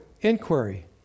inquiry